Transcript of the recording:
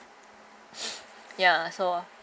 ya so